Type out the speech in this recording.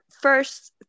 first